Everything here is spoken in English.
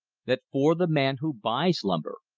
that for the man who buys timber,